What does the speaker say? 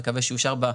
מקווה שיאושר היום.